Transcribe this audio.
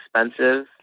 expensive